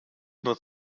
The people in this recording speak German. nur